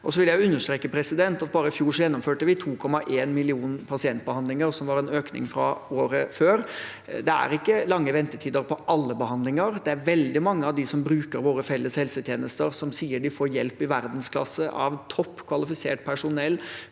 Jeg vil understreke at bare i fjor gjennomførte vi 2,1 millioner pasientbehandlinger, som var en økning fra året før. Det er ikke lange ventetider for alle behandlinger. Det er veldig mange av dem som bruker våre felles helsetjenester, som sier de får hjelp i verdensklasse av topp kvalifisert personell,